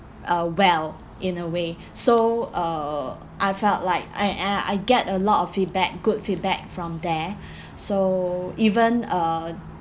uh well in a way so uh I felt like I I I get a lot of feedback good feedback from there so even uh